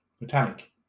metallic